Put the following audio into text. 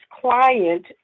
client